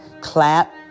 clap